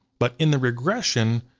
but in the regression,